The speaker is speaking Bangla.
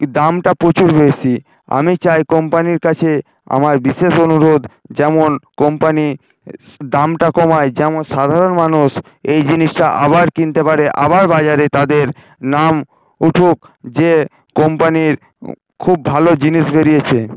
দামটা প্রচুর বেশি আমি চাই কোম্পানির কাছে আমার বিশেষ অনুরোধ যেমন কোম্পানি দামটা কমায় যেমন সাধারণ মানুষ এই জিনিসটা আবার কিনতে পারে আবার বাজারে তাদের নাম উঠুক যে কোম্পানির খুব ভালো জিনিস বেরিয়েছে